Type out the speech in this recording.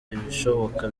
ibishoboka